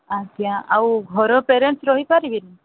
ଆଜ୍ଞା ଆଉ ଘର ପ୍ୟାରେଣ୍ଟସ୍ ରହିପାରିବେନି